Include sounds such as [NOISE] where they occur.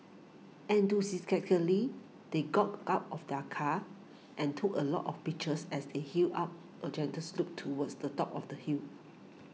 [UNINTELLIGIBLE] they got out of their car and took a lot of pictures as they hiked up a gentle slope towards the top of the hill